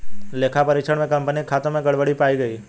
लेखा परीक्षण में कंपनी के खातों में गड़बड़ी पाई गई